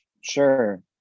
Sure